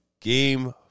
Game